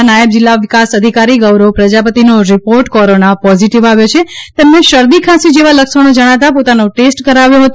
કચ્છના નાયબ જીલ્લા વિકાસ અધિકારી ગૌરવ પ્રજાપતિનો રીપોર્ટ કોરોના પોઝીટીવ આવયો છે તેમને શરદી ખાંસી જેવા લક્ષણો જણાતા પોતાનો ટેસ્ટ કરાવેલ હતો